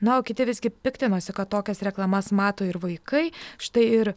na o kiti visgi piktinosi kad tokias reklamas mato ir vaikai štai ir